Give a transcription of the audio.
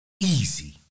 Easy